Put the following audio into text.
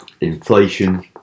inflation